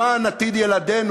למען עתיד ילדינו,